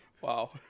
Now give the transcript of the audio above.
Wow